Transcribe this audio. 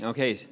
Okay